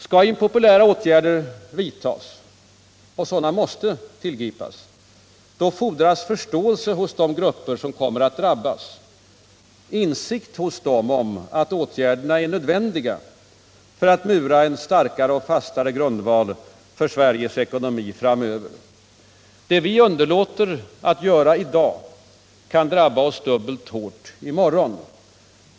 Skall impopulära åtgärder vidtas — och sådana måste tillgripas — då fordras förståelse hos de grupper som kommer att drabbas, insikt hos dem om att åtgärderna är nödvändiga för att mura en starkare och fastare grundval för Sveriges ekonomi framöver. Det vi underlåter att göra i dag kan drabba oss dubbelt hårt i morgon.